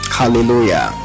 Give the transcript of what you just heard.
hallelujah